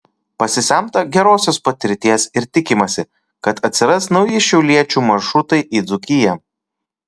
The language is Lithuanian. pasisemta gerosios patirties ir tikimasi kad atsiras nauji šiauliečių maršrutai į dzūkiją